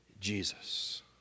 Jesus